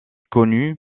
connu